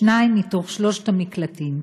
שניים משלושת המקלטים.